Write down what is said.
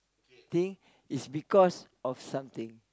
thing is because of something